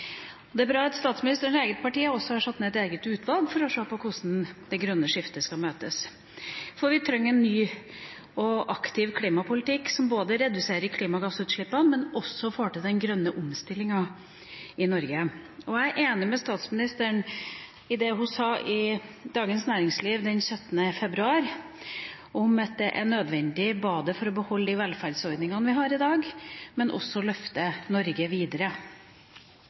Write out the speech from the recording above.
Det er bra at statsministerens eget parti også har satt ned et eget utvalg for å se på hvordan det grønne skiftet skal møtes. Vi trenger en ny og aktiv klimapolitikk som både reduserer klimagassutslippene og får til den grønne omstillinga i Norge. Jeg er enig med statsministeren i det hun sa i Dagens Næringsliv den 17. februar om at det er nødvendig for å beholde de velferdsordningene vi har i dag, og løfte Norge videre.